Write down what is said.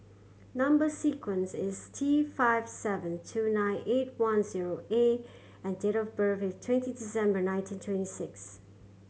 number sequence is T five seven two nine eight one zero A and date of birth is twenty December nineteen twenty six